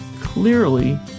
clearly